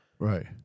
Right